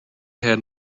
had